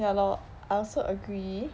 ya lor I also agree